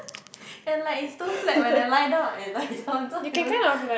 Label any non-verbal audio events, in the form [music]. [noise] and like is too flat when I lie down and lie [laughs] down so I don't